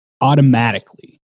automatically